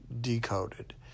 decoded